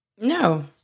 No